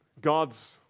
God's